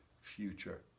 future